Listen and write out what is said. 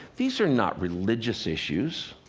these are not religious issues.